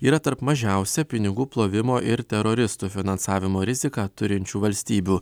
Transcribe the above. yra tarp mažiausią pinigų plovimo ir teroristų finansavimo riziką turinčių valstybių